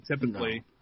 typically